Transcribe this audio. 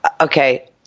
Okay